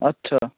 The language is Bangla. আচ্ছা